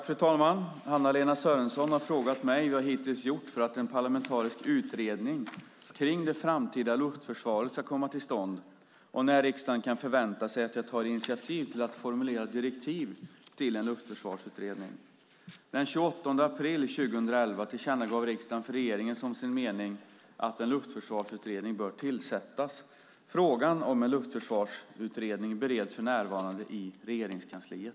Fru talman! Anna-Lena Sörenson har frågat mig vad jag hittills gjort för att en parlamentarisk utredning kring det framtida luftförsvaret ska komma till stånd och när riksdagen kan förvänta sig att jag tar initiativ till att formulera direktiv till en luftförsvarsutredning. Den 28 april 2011 tillkännagav riksdagen för regeringen som sin mening att en luftförsvarsutredning bör tillsättas. Frågan om en luftförsvarsutredning bereds för närvarande i Regeringskansliet.